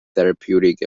therapeutic